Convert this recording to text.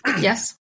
Yes